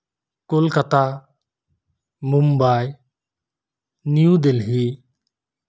Kolkata Mumbai new Delhi